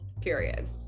period